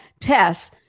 tests